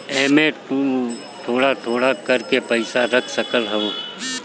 एमे तु थोड़ थोड़ कर के पैसा रख सकत हवअ